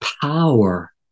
power